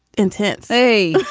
intense. hey